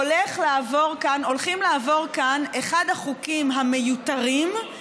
הולך לעבור כאן אחד החוקים המיותרים,